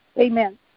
Amen